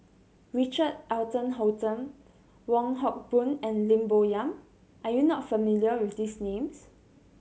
Richard Eric Holttum Wong Hock Boon and Lim Bo Yam are you not familiar with these names